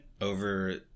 over